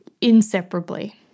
inseparably